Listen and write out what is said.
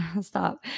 stop